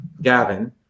Gavin